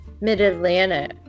mid-atlantic